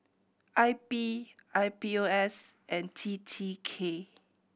I B I B O S and T T K